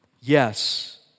Yes